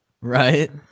right